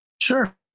Sure